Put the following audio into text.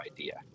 idea